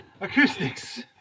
Acoustics